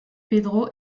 pedro